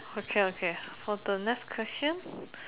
okay okay for the next question